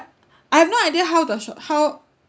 I've no idea how sho~ how